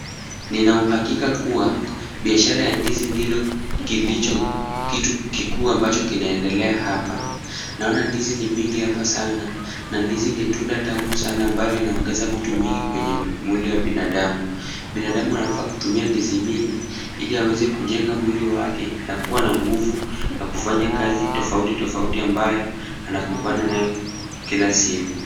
Nina uhakika kuwa biashara ya ndizi ndilo kilicho kitu kikuu ambacho kinaendelea hapa. Naona ndizi ni mingi hapa sana na ndizi ni tunda tamu sana ambayo inaongeza vitu mingi kwenye mwili wa binadamu. Binadamu anafaa kutumia ndizi mingi ili aweze kujenga mwili wake na kuwa na nguvu ya kufanya kazi tofauti tofauti ambayo anakumbana nayo kila siku.